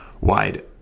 wide